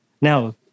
Now